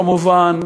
כמובן,